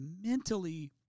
mentally